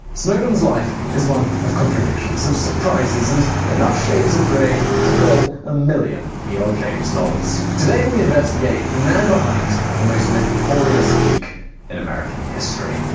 snowden's life is one of contradictions, surprises, and enough shades of gray to fill a million e l. james novels. today, we investigate the man behind the most notorious leak in american history.